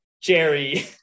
jerry